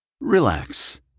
Relax